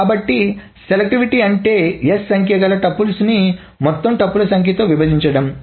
కాబట్టి సెలెక్టివిటీ అంటే s సంఖ్యగల టుపుల్స్ ని మొత్తం టుపుల్స్ సంఖ్య తో విభజించడం అదే